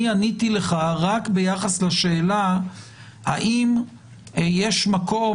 עניתי לך רק ביחס לשאלה האם יש מקום